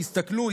תסתכלו,